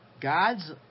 God's